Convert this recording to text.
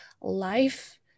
life